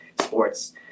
sports